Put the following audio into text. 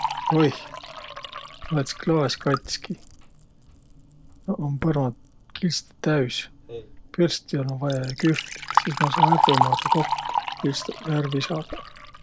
Oih! Läts' klaas katski! Noq um põrmand kilstõ täüs. Pürsti olnuq vaia ja kühvlit. Sis ma saa ära tõmmadaq kokko kilstuq ja ärq visadaq.